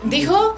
Dijo